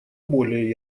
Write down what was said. более